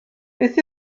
beth